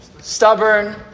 Stubborn